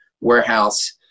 warehouse